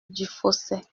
dufausset